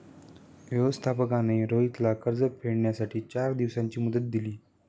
व्यवस्थापकाने रोहितला कर्ज फेडण्यासाठी चार दिवसांची मुदत दिली